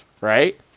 right